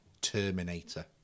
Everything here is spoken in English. Terminator